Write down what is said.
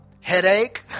headache